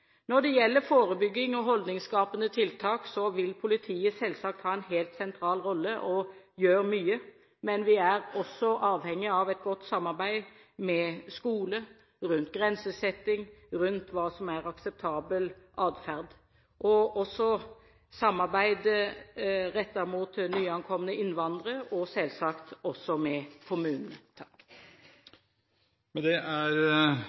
Når det gjelder forebygging og holdningsskapende tiltak, vil politiet selvsagt ha en helt sentral rolle og gjør mye, men vi er også avhengig av et godt samarbeid med skole, rundt grensesetting, rundt hva som er akseptabel atferd, og samarbeid rettet mot nyankomne innvandrere og selvsagt også med kommunen. Med det er